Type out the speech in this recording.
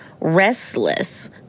restless